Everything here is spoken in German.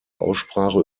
aussprache